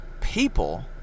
people